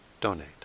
donate